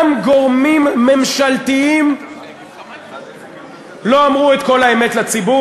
גם גורמים ממשלתיים לא אמרו את כל האמת לציבור,